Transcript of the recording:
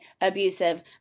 abusive